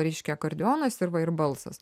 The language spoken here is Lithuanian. reiškia akordeonas ir va ir balsas